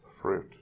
fruit